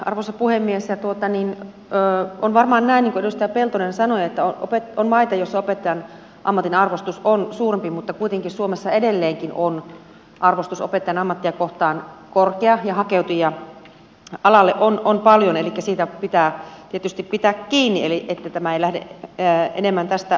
on varmaan näin niin kuin edustaja peltonen sanoi että on maita joissa opettajan ammatin arvostus on suurempi mutta kuitenkin suomessa edelleenkin on arvostus opettajan ammattia kohtaan korkea ja hakeutujia alalle on paljon elikkä siitä pitää tietysti pitää kiinni että tämä ei lähde enemmän tästä laskuun